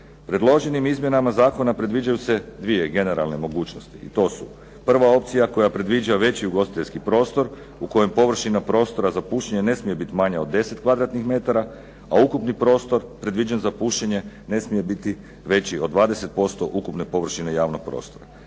Predloženim izmjenama zakona predviđaju se dvije generalne mogućnosti. Prva opcija koja predviđa veći ugostiteljski prostor u kojem površina prostora za pušenje ne smije biti manja od 10 kvadratnih metara, a ukupni prostor predviđen za pušenje ne smije biti veći od 20% ukupne površine javnog prostora.